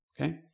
Okay